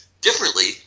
differently